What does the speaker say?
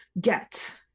get